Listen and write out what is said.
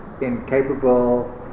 incapable